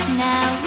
now